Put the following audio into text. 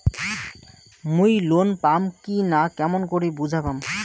মুই লোন পাম কি না কেমন করি বুঝা পাম?